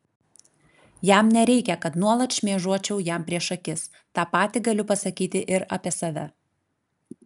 jam nereikia kad nuolat šmėžuočiau jam prieš akis tą patį galiu pasakyti ir apie save